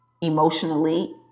emotionally